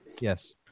Yes